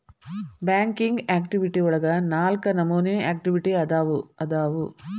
banking activity ಒಳಗ ನಾಲ್ಕ ನಮೋನಿ ಆಕ್ಟಿವಿಟಿ ಅದಾವು ಅದಾವು